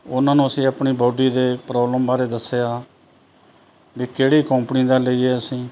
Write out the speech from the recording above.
ਉਨ੍ਹਾਂ ਨੂੰ ਅਸੀਂ ਆਪਣੀ ਬੋਡੀ ਦੀ ਪ੍ਰੋਬਲਮ ਬਾਰੇ ਦੱਸਿਆ ਵੀ ਕਿਹੜੀ ਕੋਂਪਣੀ ਦਾ ਲਈਏ ਅਸੀਂ